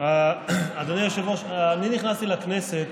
אדוני היושב-ראש, אני נכנסתי לכנסת,